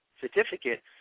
certificate